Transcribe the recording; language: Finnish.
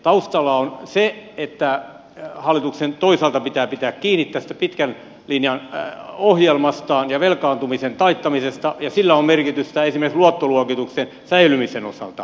taustalla on se että hallituksen toisaalta pitää pitää kiinni tästä pitkän linjan ohjelmastaan ja velkaantumisen taittamisesta ja sillä on merkitystä esimerkiksi luottoluokituksen säilymisen osalta